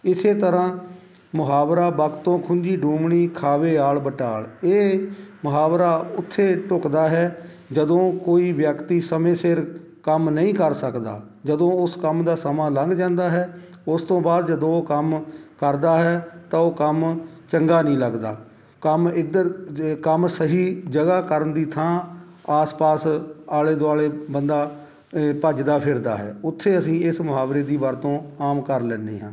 ਇਸੇ ਤਰ੍ਹਾਂ ਮੁਹਾਵਰਾ ਵਕਤ ਤੋਂ ਖੁੰਝੀ ਡੁੰਮਣੀ ਖਾਵੇ ਆਲ ਵਟਾਲ ਇਹ ਮੁਹਾਵਰਾ ਉੱਥੇ ਢੁੱਕਦਾ ਹੈ ਜਦੋਂ ਕੋਈ ਵਿਅਕਤੀ ਸਮੇਂ ਸਿਰ ਕੰਮ ਨਹੀਂ ਕਰ ਸਕਦਾ ਜਦੋਂ ਉਸ ਕੰਮ ਦਾ ਸਮਾਂ ਲੰਘ ਜਾਂਦਾ ਹੈ ਉਸ ਤੋਂ ਬਾਅਦ ਜਦੋਂ ਉਹ ਕੰਮ ਕਰਦਾ ਹੈ ਤਾਂ ਉਹ ਕੰਮ ਚੰਗਾ ਨਹੀਂ ਲੱਗਦਾ ਕੰਮ ਇੱਧਰ ਜ ਕੰਮ ਸਹੀ ਜਗ੍ਹਾ ਕਰਨ ਦੀ ਥਾਂ ਆਸ ਪਾਸ ਆਲੇ ਦੁਆਲੇ ਬੰਦਾ ਭੱਜਦਾ ਫਿਰਦਾ ਹੈ ਉੱਥੇ ਅਸੀਂ ਇਸ ਮੁਹਾਵਰੇ ਦੀ ਵਰਤੋਂ ਆਮ ਕਰ ਲੈਂਦੇ ਹਾਂ